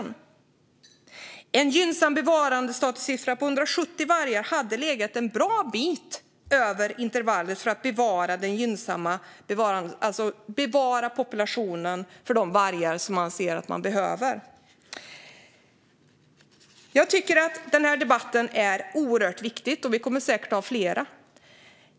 En nivå för gynnsam bevarandestatus på 170 vargar hade legat en bra bit över intervallet för att bevara vargpopulationen. Jag tycker att den här debatten är oerhört viktig, och vi kommer säkert att ha fler.